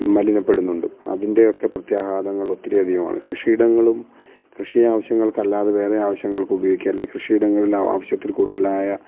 മലിനപ്പെടുന്നുണ്ട് അതിൻ്റെയൊക്കെ പ്രത്യാഘാതങ്ങളൊത്തിരിയധികമാണ് കൃഷിയിടങ്ങളും കൃഷി ആവശ്യങ്ങൾക്കല്ലാതെ വേറെ ആവശ്യങ്ങൾക്കുപയോഗിക്കുക അല്ലേൽ കൃഷിയിടങ്ങൾല് ആവശ്യത്തിൽ കൂടുതലായ